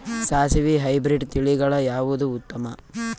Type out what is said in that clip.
ಸಾಸಿವಿ ಹೈಬ್ರಿಡ್ ತಳಿಗಳ ಯಾವದು ಉತ್ತಮ?